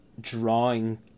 drawing